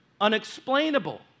unexplainable